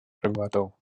rhyngwladol